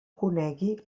conegui